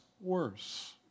worse